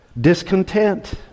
discontent